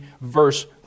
verse